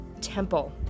temple